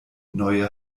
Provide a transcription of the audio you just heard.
neue